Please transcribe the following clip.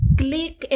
click